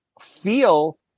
feel